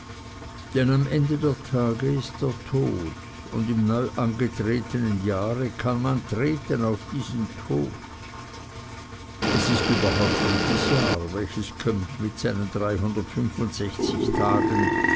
denn am ende der tage ist der tod und im neu angetretenen jahre kann man treten auf diesen tod es ist überhaupt jedes jahr welches kömmt mit seinen tagen